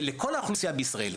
שלכל האוכלוסייה בישראל,